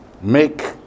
Make